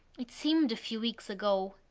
it seemed a few weeks ago.